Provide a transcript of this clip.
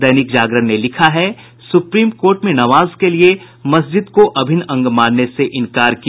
दैनिक जागरण ने लिखा है सुप्रीम कोर्ट ने नमाज के लिए मस्जिद को अभिन्न अंग मानने से इंकार किया